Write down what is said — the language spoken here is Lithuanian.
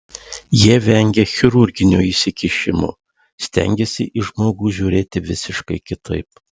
jie vengia chirurginio įsikišimo stengiasi į žmogų žiūrėti visiškai kitaip